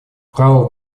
право